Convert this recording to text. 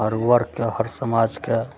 हर वर्कके हर समाजके